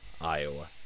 Iowa